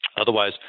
Otherwise